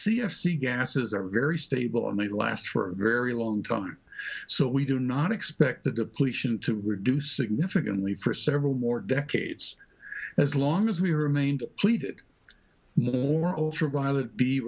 c gases are very stable and they last for a very long time so we do not expect the depletion to reduce significantly for several more decades as long as we remained pleated